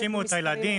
תאשימו את הילדים,